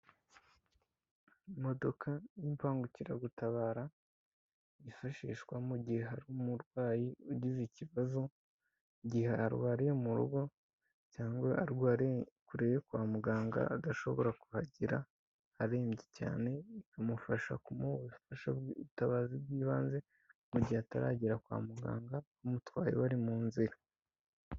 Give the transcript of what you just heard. Imodoka y'imbangukiragutabara yifashishwa mu gihe hari umurwayi ugize ikibazo, igihe arwariye mu rugo cyangwa arwariye kure yo kwa muganga adashobora kuhagera, arembye cyane bikamufasha kumuha ubufasha bw'ubutabazi bw'ibanze mu gihe ataragera kwa muganga abamutwaye bari mu nzira.